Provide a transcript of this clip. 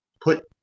put